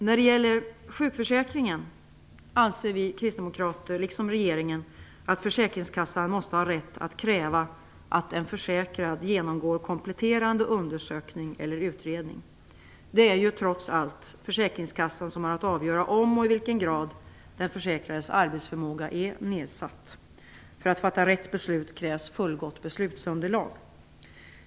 När det gäller sjukförsäkringen anser vi kristdemokrater liksom regeringen att försäkringskassan måste ha rätt att kräva att en försäkrad genomgår kompletterande undersökning eller utredning. Det är ju trots allt försäkringskassan som har att avgöra om och i vilken grad den försäkrades arbetsförmåga är nedsatt. För att fatta rätt beslut krävs fullgott beslutsunderlag.